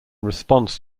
response